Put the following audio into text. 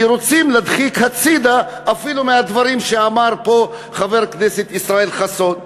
כי רוצים להדחיק הצדה אפילו את הדברים שאמר פה חבר הכנסת ישראל חסון,